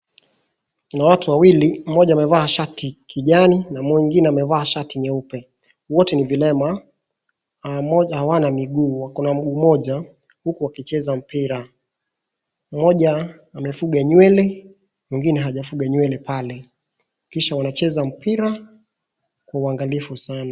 Kuna watu wawili, mmoja amevaa shati kijani na mwingine amevaa shati nyeupe, wote ni vilema, hawana miguu, wako na mguu mmoja huku wakicheza mpira. Mmoja amefuga nywele mwingine hajafuga nywele pale, kisha wanacheza mpira kwa uangalifu sana.